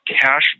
cash